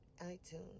iTunes